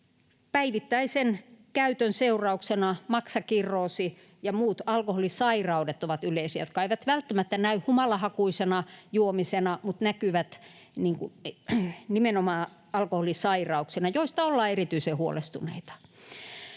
päivittäisen käytön seurauksena maksakirroosi ja muut alkoholisairaudet ovat yleisiä. Ne eivät välttämättä näy humalahakuisena juomisena, mutta näkyvät nimenomaan alkoholisairauksina, joista ollaan erityisen huolestuneita.